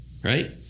right